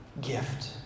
gift